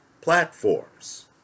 platforms